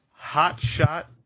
Hotshot